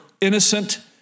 innocent